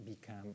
become